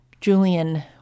Julian